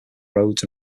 roads